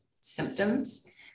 symptoms